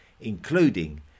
including